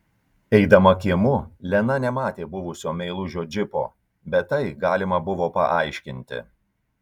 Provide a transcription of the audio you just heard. eidama kiemu lena nematė buvusio meilužio džipo bet tai galima buvo paaiškinti